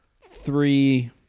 three